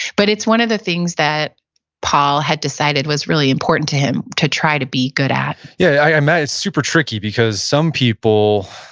but it's one of the things that paul had decided was really important to him to try to be good at yeah, i imagine it's super tricky because some people,